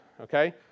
Okay